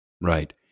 Right